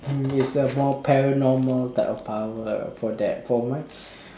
is a more paranormal type of power for that for mine